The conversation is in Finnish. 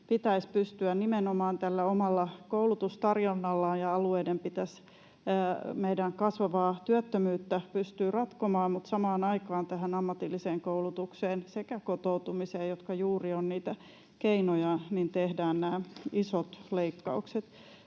pitäisi pystyä nimenomaan tällä omalla koulutustarjonnallaan meidän kasvavaa työttömyyttä ratkomaan, mutta samaan aikaan tähän ammatilliseen koulutukseen sekä kotoutumiseen, jotka juuri ovat niitä keinoja, tehdään nämä isot leikkaukset.